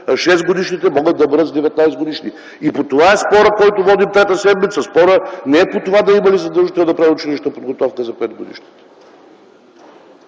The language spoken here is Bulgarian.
6-годишните могат да бъдат с 19 годишни. И по това е спорът, който водим трета седмица. Спорът не е по това да има ли задължителна предучилищна подготовка за 5-годишните.